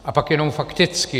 A pak jenom fakticky.